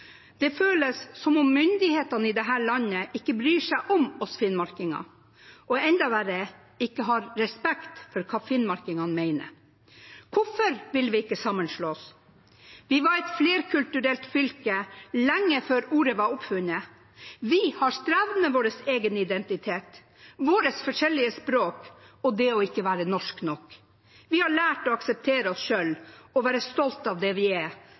Det føles som om myndighetene i dette landet ikke bryr seg om oss finnmarkinger, og enda verre – ikke har respekt for hva finnmarkingene mener. Hvorfor vil vi ikke sammenslås? Vi var et flerkulturelt fylke lenge før ordet var oppfunnet. Vi har strevd med vår egen identitet, våre forskjellige språk og det å ikke være norsk nok. Vi har lært å akseptere oss selv og være stolt av det vi er: